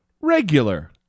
regular